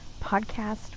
podcast